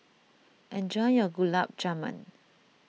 enjoy your Gulab Jamun